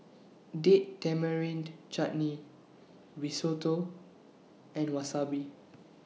Date Tamarind Chutney Risotto and Wasabi